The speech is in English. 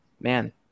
man